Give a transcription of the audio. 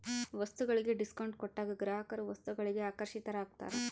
ವಸ್ತುಗಳಿಗೆ ಡಿಸ್ಕೌಂಟ್ ಕೊಟ್ಟಾಗ ಗ್ರಾಹಕರು ವಸ್ತುಗಳಿಗೆ ಆಕರ್ಷಿತರಾಗ್ತಾರ